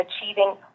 achieving